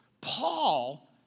Paul